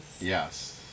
yes